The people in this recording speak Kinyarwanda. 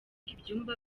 ibyumba